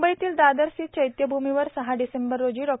मुंबईतील दादर स्थित चैत्यभूमिवर सहा डिसेंबर रोजी डॉ